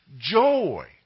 joy